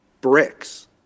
bricks